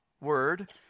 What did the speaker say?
word